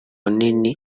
binini